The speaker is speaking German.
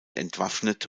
entwaffnet